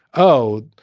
oh,